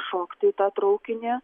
šokti į tą traukinį